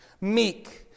meek